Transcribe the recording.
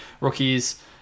rookies